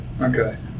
okay